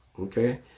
Okay